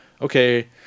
okay